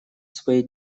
своей